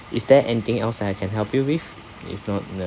is there anything else that I can help you with if not uh